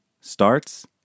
starts